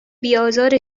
بیآزار